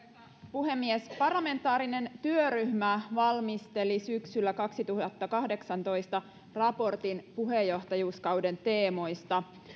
puhemies parlamentaarinen työryhmä valmisteli syksyllä kaksituhattakahdeksantoista raportin puheenjohtajuuskauden teemoista